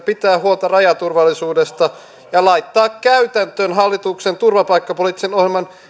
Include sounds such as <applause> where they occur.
<unintelligible> pitää huolta rajaturvallisuudesta ja laittaa käytäntöön hallituksen turvapaikkapoliittisen ohjelman